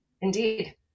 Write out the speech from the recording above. indeed